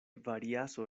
variaso